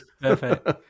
Perfect